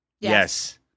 yes